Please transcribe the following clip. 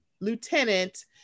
Lieutenant